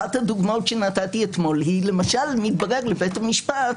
אחת הדוגמאות שנתתי אתמול היא למשל מתברר לבית המשפט